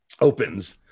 opens